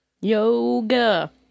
Yoga